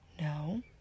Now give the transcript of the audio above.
no